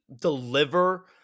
deliver